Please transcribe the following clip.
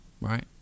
right